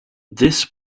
this